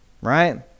Right